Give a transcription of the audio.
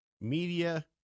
media